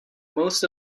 most